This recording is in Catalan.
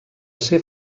ser